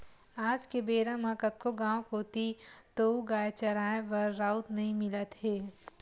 आज के बेरा म कतको गाँव कोती तोउगाय चराए बर राउत नइ मिलत हे